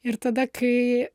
ir tada kai